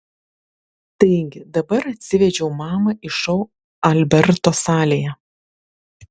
taigi dabar atsivedžiau mamą į šou alberto salėje